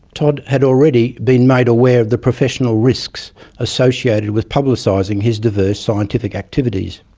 todd had already been made aware of the professional risks associated with publicising his diverse scientific activities.